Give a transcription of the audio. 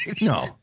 No